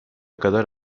kadar